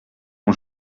mon